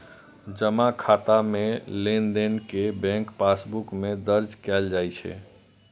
जमा खाता मे लेनदेन कें बैंक पासबुक मे दर्ज कैल जाइ छै